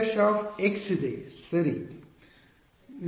ನನ್ನ ಬಳಿ W ′ ಇದೆ ಸರಿ